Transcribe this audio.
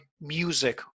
music